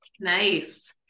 Nice